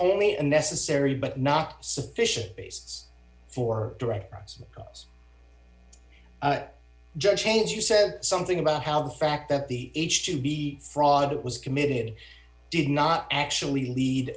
only a necessary but not sufficient basis for direct cause judge chain's you said something about how the fact that the h two b fraud it was committed did not actually lead